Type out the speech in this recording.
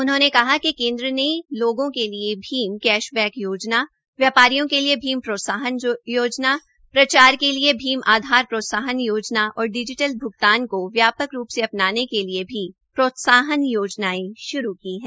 उन्होंने कहा कि केन्द्र ने लोगों के लिये भीम कैशवैक योजना व्यापारियों के लिए भीम प्रोत्साहन योजना प्रचार के लिये भीम आधार प्रोत्साहन योजना और डिजीटल भ्गतान को व्यापक रूप से अपनाने के लिये भी प्रोत्साहन योजनायें श्रू की है